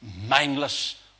mindless